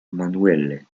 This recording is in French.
manuelle